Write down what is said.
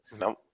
No